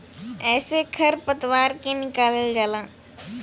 एसे खर पतवार के निकालल जाला